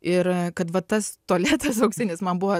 ir kad va tas tualetas auksinis man buvo